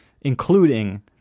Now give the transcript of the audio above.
including